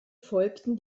folgten